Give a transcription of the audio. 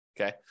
Okay